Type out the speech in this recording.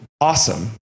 awesome